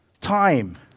time